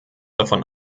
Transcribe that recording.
davon